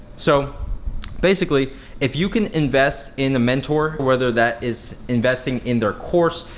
so basically if you can invest in a mentor, whether that is investing in their course,